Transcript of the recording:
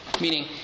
Meaning